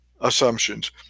assumptions